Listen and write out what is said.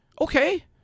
Okay